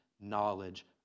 knowledge